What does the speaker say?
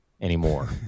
anymore